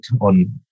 on